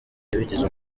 yabigize